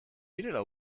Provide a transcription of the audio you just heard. direla